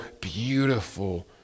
beautiful